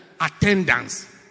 attendance